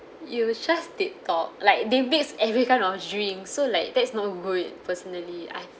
you just tiktok like they mix every kind of drinks so like that's no good personally I